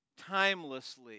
timelessly